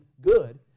good